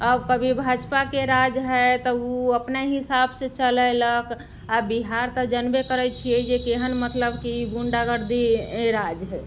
अब कभी भाजपाके राज हइ तऽ ओ अपने हिसाबसँ चलयलक आ बिहार तऽ जनबे करै छियै जे केहन मतलब कि गुंडागर्दी राज हइ